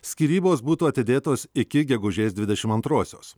skyrybos būtų atidėtos iki gegužės dvidešim antrosios